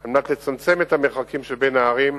על מנת לצמצם את המרחקים שבין הערים,